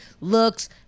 looks